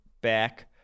back